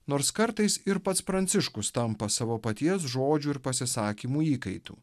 nors kartais ir pats pranciškus tampa savo paties žodžių ir pasisakymų įkaitu